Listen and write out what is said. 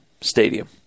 Stadium